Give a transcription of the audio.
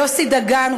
יוסי דגן,